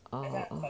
ah